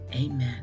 Amen